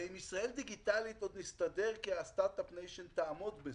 עם ישראל דיגיטלית עוד נסתדר כי הסטרט אפ ניישן תעמוד בזה,